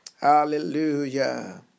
Hallelujah